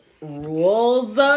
Rules